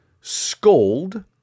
scold